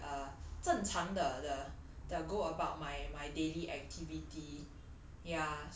我还是可以正常地地地 go about my daily activity